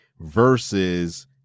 versus